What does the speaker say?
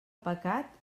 pecat